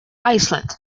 iceland